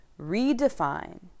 redefine